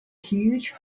huge